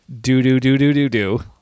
Do-do-do-do-do-do